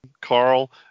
Carl